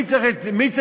מי צריך לטפל,